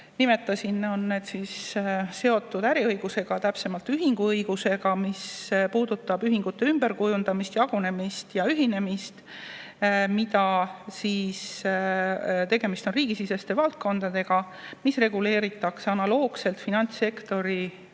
nimetasin. Need on seotud äriõigusega, täpsemalt ühinguõigusega, mis puudutab ühingute ümberkujundamist, jagunemist ja ühinemist. Tegemist on riigisiseste valdkondadega, mida reguleeritakse analoogselt finantssektoris